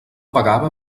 pagava